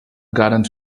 gardens